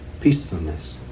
peacefulness